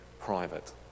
private